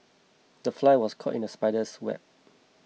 the fly was caught in the spider's web